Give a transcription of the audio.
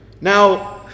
Now